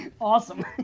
Awesome